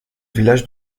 village